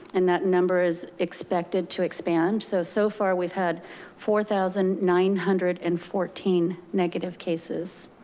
and that number is expected to expand. so, so far we've had four thousand nine hundred and fourteen negative cases.